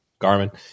Garmin